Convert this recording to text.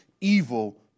evil